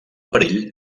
perill